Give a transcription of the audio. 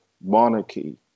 monarchy